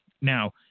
Now